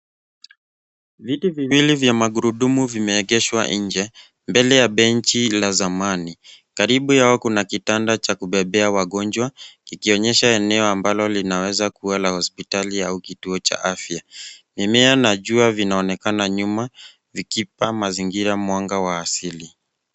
Viti viwili vya magurudumu vimeegeshwa nje, mbele ya benchi la zamani. Karibu yao, kuna kitanda cha kubebea wagonjwa, kikionyesha eneo ambalo linaweza kuwa la hospitali au kituo cha afya. Mimea na jua vinaonekana nyuma vikipa mazingira mwanga wa asili.